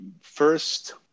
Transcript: first